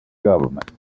government